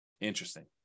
Interesting